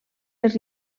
les